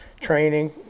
training